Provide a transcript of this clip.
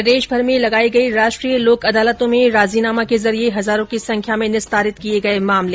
प्रदेशभर में लगाई गई राष्ट्रीय लोक अदालतों में राजीनामा के जरिए हजारों की संख्या में निस्तारित किए गए मामले